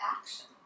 action